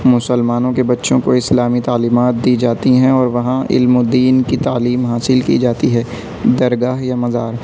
مسلمانوں کے بچوں کو اسلامی تعلیمات دی جاتی ہیں اور وہاں علم و دین کی تعلیم حاصل كی جاتی ہے درگاہ یا مزار